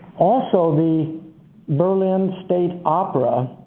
also the berlin state opera